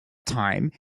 time